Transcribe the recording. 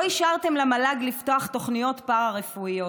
לא אישרתם למל"ג לפתוח תוכנית פארה-רפואיות,